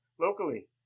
Locally